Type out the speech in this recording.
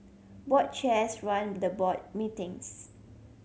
board chairs run the board meetings